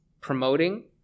promoting